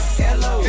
hello